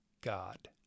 God